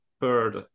third